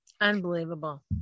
Unbelievable